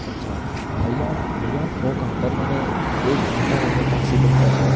اچّھا بھائی آپ بھیّا آپ ہو كہاں پر میں نے ایک گھنٹہ ہو گیا ٹیکسی بک کرے ہوئے